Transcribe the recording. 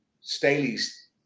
Staley's